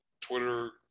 Twitter